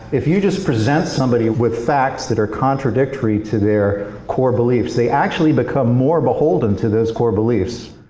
if you just present somebody with facts that are contradictory to their core beliefs they actually become more beholden to those core beliefs.